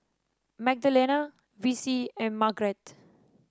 Magdalena Vicie and Margret